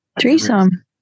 threesome